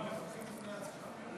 מה, מברכים לפני הצבעה?